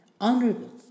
honorable